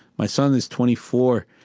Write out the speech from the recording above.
my son is twenty four,